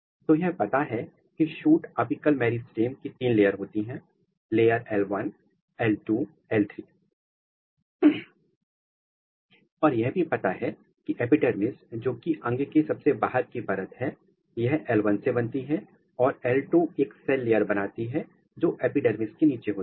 तो यह पता है की शूट अपिकल मेरिस्टम की तीन लेयर होती हैं लेयर L 1 L 2 L 3 और यह भी पता है कि एपिडर्मिस जोकि अंग के सबसे बाहर की परत होती है यह L1 से बनती है और L 2 एक सेल लेयर बनाती है जो एपिडर्मिस के नीचे होती है